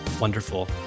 wonderful